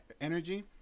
energy